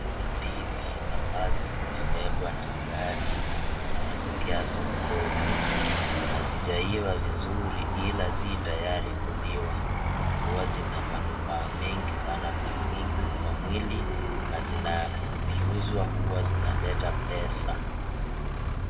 Hizi ni ndizi ambazo zimebebwa na gari na zinaelekea sokoni, hazijaiva vizuri ila zi tayari kuliwa, huwa zina manufaa mengi sana kwa mwili na zina zikiuzwa huwa zinaleta pesa.